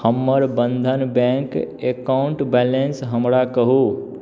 हमर Bandhan bank account balance हमरा कहू